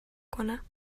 کنم